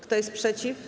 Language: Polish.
Kto jest przeciw?